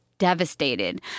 Devastated